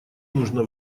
нужно